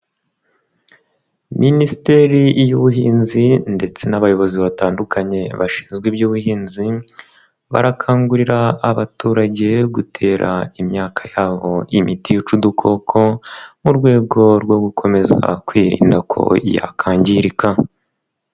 Minisiteri y'ubuhinzi ndetse n'abayobozi batandukanye bashinzwe iby'ubuhinzi, barakangurira abaturage gutera imyaka yabo imiti yica udukoko, mu rwego rwo gukomeza kwirinda ko yakangirika.